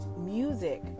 music